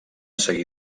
seguir